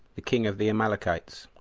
the king of the amalekites,